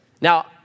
Now